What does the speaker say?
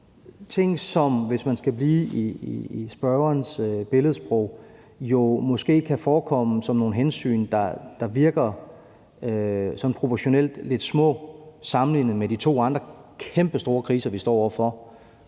ting, som, hvis man skal blive i spørgerens billedsprog, jo måske kan forekomme at være nogle hensyn, der virker sådan proportionelt set lidt små at tage sammenlignet med de to andre kæmpestore kriser, vi står over for: